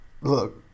Look